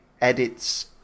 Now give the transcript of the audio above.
edits